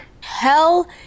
Hell